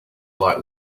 light